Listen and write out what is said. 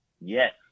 Yes